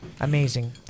Amazing